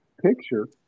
picture